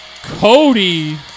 Cody